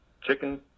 Chicken